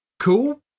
Cool